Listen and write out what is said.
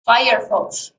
firefox